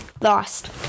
lost